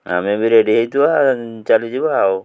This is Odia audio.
ଆମେ ବି ରେଡ଼ି ହେଇଥିବା ଚାଲିଯିବା ଆଉ